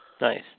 Nice